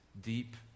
deep